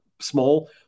small